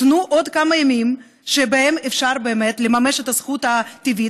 תנו עוד כמה ימים שבהם אפשר באמת לממש את הזכות הטבעית.